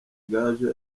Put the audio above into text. gaju